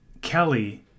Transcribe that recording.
Kelly